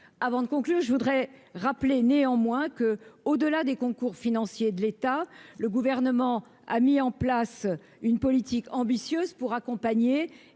avant de conclure, je voudrais rappeler néanmoins que, au-delà des concours financiers de l'État, le gouvernement a mis en place une politique ambitieuse pour accompagner